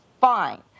fine